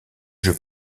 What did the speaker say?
jeu